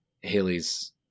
Haley's